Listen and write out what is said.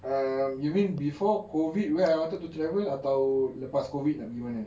um you mean before COVID where I wanted to travelling atau lepas COVID nak pergi mana